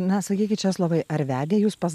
na sakykit česlovai ar vedė jus pas